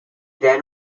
then